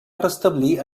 restablir